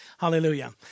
Hallelujah